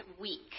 week